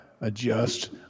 adjust